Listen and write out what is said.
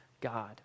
God